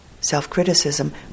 self-criticism